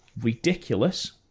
ridiculous